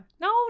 no